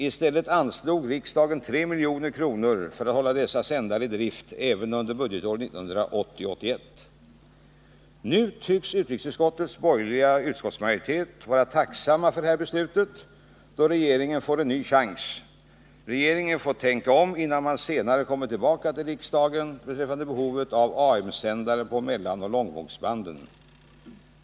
I stället anslog riksdagen 3 milj.kr. för att hålla dessa sändare i drift även under budgetåret 1980/81. Nu tycks utrikesutskottets borgerliga utskottsmajoritet vara tacksam för detta beslut, då regeringen får en ny chans. Regeringen får tänka om innan man senare kommer tillbaka till riksdagen beträffande behovet av AM sändningar på mellanoch långvågsbanden.